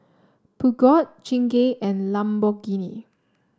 Peugeot Chingay and Lamborghini